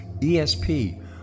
ESP